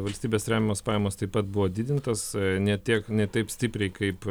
valstybės remiamos pajamos taip pat buvo didintos ne tiek ne taip stipriai kaip